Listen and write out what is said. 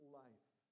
life